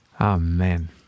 Amen